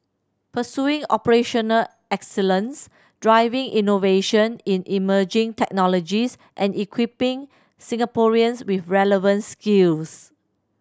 pursuing operational excellence driving innovation in emerging technologies and equipping Singaporeans with relevant skills